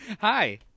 Hi